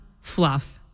fluff